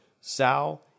Sal